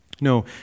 No